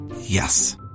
Yes